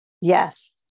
Yes